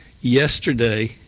yesterday